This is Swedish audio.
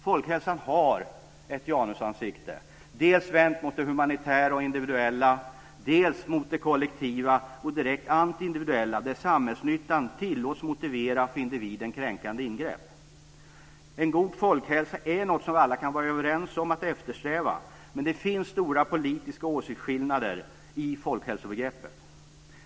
Folkhälsan har ett Janusansikte vänt dels mot det humanitära och individuella, dels mot det kollektiva och direkt antiindividuella där samhällsnyttan tillåts motivera för individen kränkande ingrepp. En god folkhälsa är något som vi alla kan vara överens om att eftersträva, men det finns stora politiska åsiktsskillnader i folkhälsobegreppet.